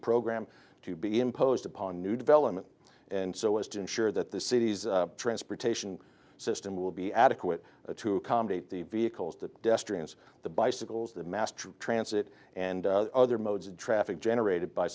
program to be imposed upon new development and so as to ensure that the city's transportation system will be adequate to accommodate the vehicles that the bicycles the mass transit and other modes of traffic generated by